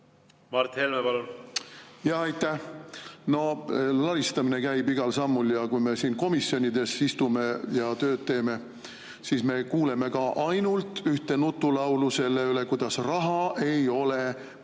Mart Helme, palun! Aitäh! No laristamine käib igal sammul. Kui me siin komisjonides istume ja tööd teeme, siis me kuuleme ka ainult ühte nutulaulu selle üle, kuidas raha ei ole, palkasid